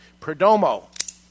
Perdomo